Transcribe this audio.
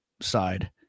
side